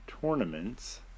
tournaments